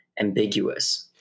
ambiguous